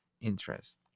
interest